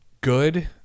good